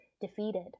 defeated